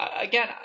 Again